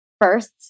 first